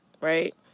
Right